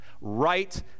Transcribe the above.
Right